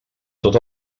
tot